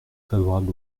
favorable